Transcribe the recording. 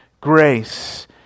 Grace